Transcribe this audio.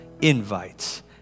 invites